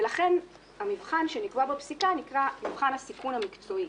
ולכן המבחן שנקבע בפסיקה נקרא "מבחן הסיכון המקצועי"